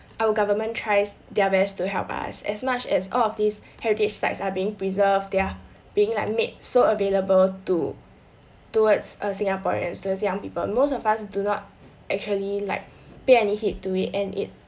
our government tries their best to help us as much as all of these heritage sites are being preserved there are being like made so available to towards uh singaporeans those young people most of us do not actually like pay any heed to it and it